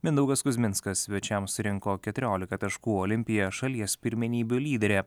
mindaugas kuzminskas svečiams surinko keturiolika taškų olimpija šalies pirmenybių lyderė